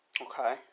Okay